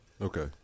Okay